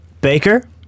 Baker